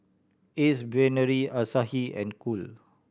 Ace Brainery Asahi and Cool